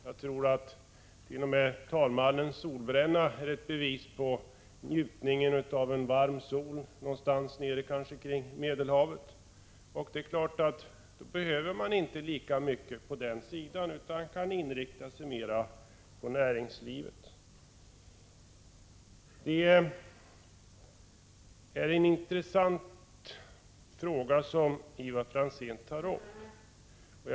Jag tror att t.ex. talmannens solbränna är ett bevis på att han njutit av en varm sol, kanske någonstans vid Medelhavet. Det är klart att man i länder med ett sådant klimat inte behöver lika mycket el för uppvärmning, utan mer kan inrikta elanvändningen på näringslivets behov. Det är en intressant fråga som Ivar Franzén tar upp.